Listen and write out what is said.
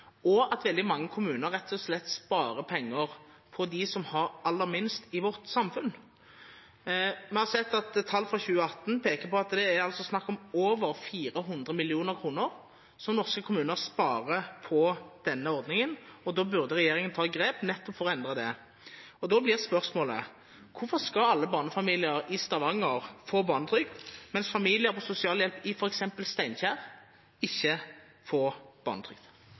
og at veldig mange kommuner rett og slett sparer penger på dem som har aller minst i vårt samfunn. Vi har sett at tall fra 2018 peker på at det altså er snakk om over 400 mill. kr som norske kommuner sparer på denne ordningen, og da burde regjeringen ta grep nettopp for å endre det. Da blir spørsmålet: Hvorfor skal alle barnefamilier i Stavanger få barnetrygd, mens familier på sosialhjelp i f.eks. Steinkjer ikke får barnetrygd?